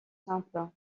simple